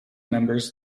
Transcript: members